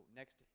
next